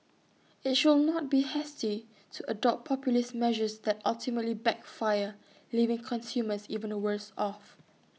IT should not be hasty to adopt populist measures that ultimately backfire leaving consumers even the worse off